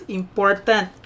important